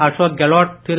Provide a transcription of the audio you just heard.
Ashok Gehlot Thiru